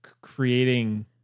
creating